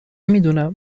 میدونم